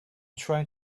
trying